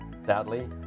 Sadly